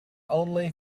only